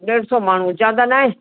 ॾेढ सौ माण्हू ज्यादा न आहे